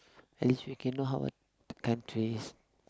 at least we can know how the countries